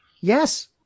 Yes